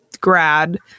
grad